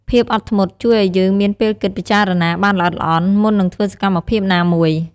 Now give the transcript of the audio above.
ភាពអត់ធ្មត់ជួយឲ្យយើងមានពេលគិតពិចារណាបានល្អិតល្អន់ មុននឹងធ្វើសកម្មភាពណាមួយ។